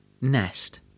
Nest